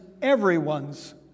everyone's